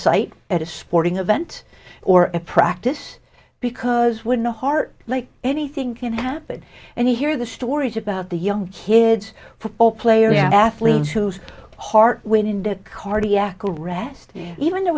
site at a sporting event or a practice because when a heart like anything can happen and you hear the stories about the young kids football player you have athletes whose heart when did cardiac arrest even there